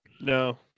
No